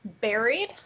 buried